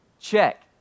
Check